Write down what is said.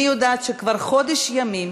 אני יודעת שכבר לפני חודש ימים